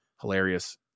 hilarious